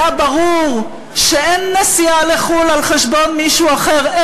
היה ברור שאין נסיעה לחו"ל על חשבון מישהו אחר,